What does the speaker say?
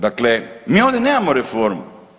Dakle, mi ovdje nemamo reformu.